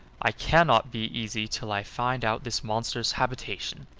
i cannot be easy till i find out this monster's habitation.